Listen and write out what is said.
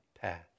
path